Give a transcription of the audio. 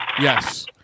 Yes